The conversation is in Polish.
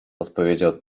odpowiedział